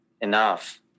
enough